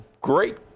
great